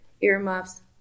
earmuffs